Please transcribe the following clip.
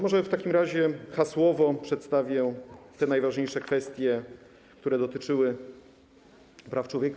Może w takim razie hasłowo przedstawię te najważniejsze kwestie, które dotyczyły praw człowieka.